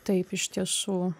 taip iš tiesų